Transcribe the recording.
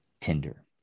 tinder